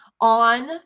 on